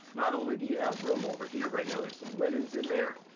not only do you have room over here right now there's some linens in there